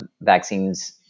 vaccines